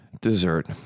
dessert